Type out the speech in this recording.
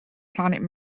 planet